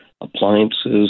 appliances